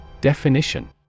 Definition